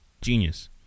genius